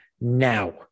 now